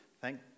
Thank